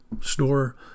store